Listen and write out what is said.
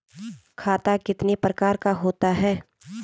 खाता कितने प्रकार का होता है?